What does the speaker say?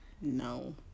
no